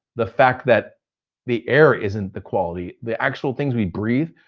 the fact that the air isn't the quality, the actual things we breathe,